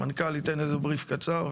המנכ"ל ייתן איזה "בריף" קצר,